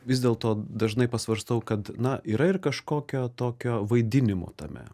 vis dėlto dažnai pasvarstau kad na yra ir kažkokio tokio vaidinimo tame